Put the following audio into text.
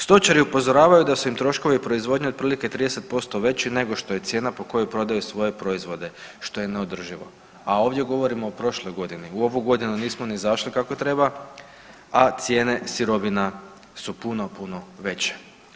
Stočari upozoravaju da su im troškovi proizvodnje otprilike 30% veći nego što je cijena po kojoj prodaju svoje proizvode, što je neodrživo, a ovdje govorimo o prošloj godini, u ovu godinu nismo ni zašli kako treba, a cijene sirovina su puno puno veće.